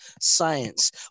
science